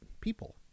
people